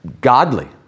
godly